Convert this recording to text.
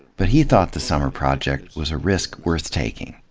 but he thought the summer project was a risk worth taking.